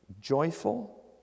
joyful